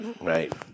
right